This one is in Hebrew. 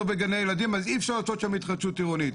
וגני ילדים אז אי אפשר לעשות שם התחדשות עירונית.